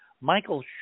michael